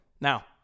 Now